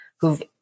who've